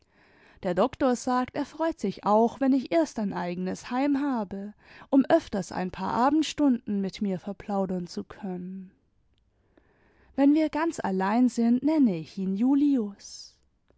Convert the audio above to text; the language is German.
der doktor sagt er freut sich auch wenn ich erst ein eigenes heim habe um öfters ein paar abendstunden mit mir verplauderp zu können wenn wir ganz allein sind nenne ich ihn julius